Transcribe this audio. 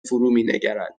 فرومینگرد